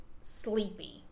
sleepy